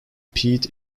peat